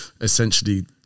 essentially